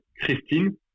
Christine